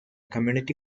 community